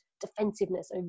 defensiveness